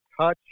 touch